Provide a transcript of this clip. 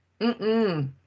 Mm-mm